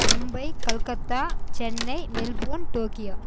Mumbai Kolkata Chennai Melbourne Tokyo